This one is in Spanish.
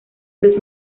los